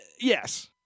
yes